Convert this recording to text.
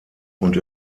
und